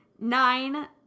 nine